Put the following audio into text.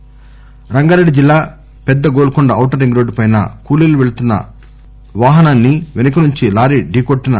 accident Rangareddy జిల్లా పెద్ద Golconda outer ring road పై కూలీలు పెళ్తున్న బొలేరో వాహనాన్ని వెనక నుంచి లారీ ఢీ కొట్టిన